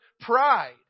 pride